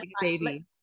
baby